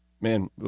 man